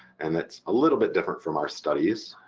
and that's a little bit different from our studies,